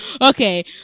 Okay